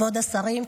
כבוד השרים,